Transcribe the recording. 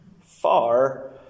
Far